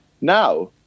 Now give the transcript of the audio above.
Now